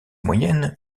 moyenne